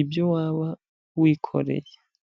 ibyo waba wikoreye.